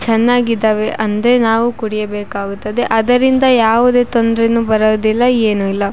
ಚೆನ್ನಾಗಿದಾವೆ ಅಂದರೆ ನಾವು ಕುಡಿಯಬೇಕಾಗುತ್ತದೆ ಅದರಿಂದ ಯಾವುದೇ ತೊಂದ್ರೇ ಬರೋದಿಲ್ಲ ಏನು ಇಲ್ಲ